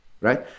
right